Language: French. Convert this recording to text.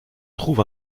trouve